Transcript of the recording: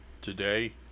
today